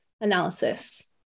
Analysis